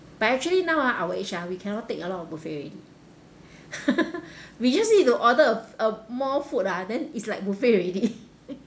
but actually now ah our age ah we cannot take a lot of buffet already we just need to order uh uh more food ah then it's like buffet already